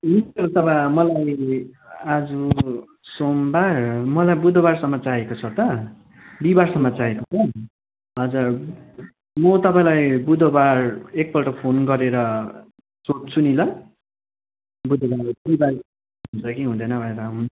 हुन्छ उसो भए मलाई आज सोमबार मलाई बुधबारसम्म चाहिएको छ त बिहीबारसम्म चाहिएको छ हजुर म तपाईँलाई बुधबार एकपल्ट फोन गरेर सोध्छु नि ल बुधबार बिहीबार हुन्छ कि हुँदैन भनेर